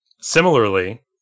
Similarly